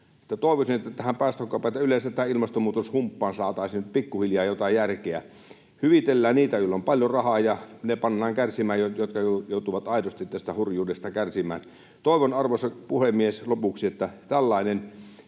Toivoisin, että tähän päästökauppaan tai yleensä tähän ilmastonmuutoshumppaan saataisiin pikkuhiljaa jotain järkeä. Hyvitellään niitä, joilla on paljon rahaa, ja ne pannaan kärsimään, jotka joutuvat aidosti tästä hurjuudesta kärsimään. Toivon, arvoisa puhemies, lopuksi, että tällainen